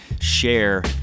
share